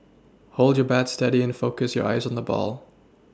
hold your bat steady and focus your eyes on the ball